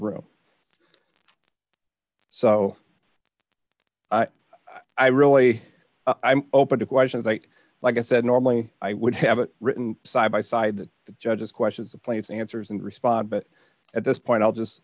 room so i really i'm open to question but like i said normally i would have written side by side the judge's questions the place answers and respond but at this point i'll just